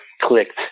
clicked